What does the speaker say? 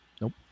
Nope